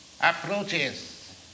approaches